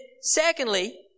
secondly